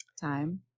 time